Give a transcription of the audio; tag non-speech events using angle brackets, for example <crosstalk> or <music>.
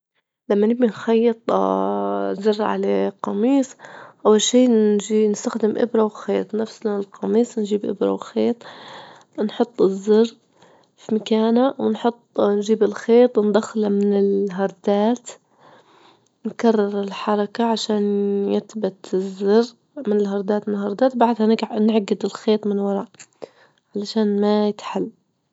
لما نبي نخيط <hesitation> زر على قميص أول شي نجي نستخدم إبرة وخيط نفس لون القميص، نجيب إبرة وخيط، نحط الزر في مكانه، ونحط نجيب الخيط وندخله من الهاردات، نكرر الحركة عشان يثبت الزر من الهاردات- من الهاردات، بعدها نعجد الخيط من ورا علشان ما يتحل.